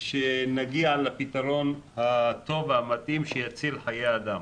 שנגיע לפתרון הטוב והמתאים שיציל חיי אדם.